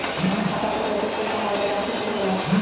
खाता पर कतेक पैसा हरदम रखखे के होला?